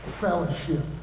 fellowship